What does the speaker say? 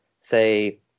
say